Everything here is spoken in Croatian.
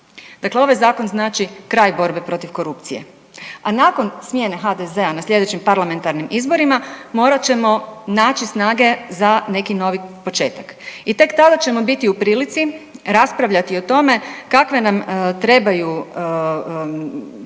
Dakle ovaj zakon znači kraj borbe protiv korupcije, a nakon smjene HDZ-a na sljedećim parlamentarnim izborima morat ćemo naći snage za neki novi početak. I tek tada ćemo biti u prilici raspravljati o tome kakve nam trebaju